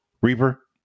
Reaper